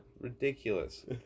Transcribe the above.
ridiculous